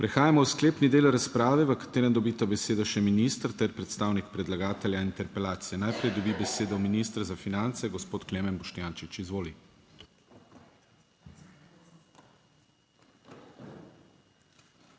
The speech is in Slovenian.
Prehajamo v sklepni del razprave v katerem dobita besedo še minister ter predstavnik predlagatelja interpelacije. Najprej dobi besedo minister za finance, gospod Klemen Boštjančič. Izvoli.